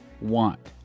want